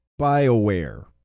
BioWare